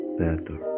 better